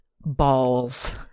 balls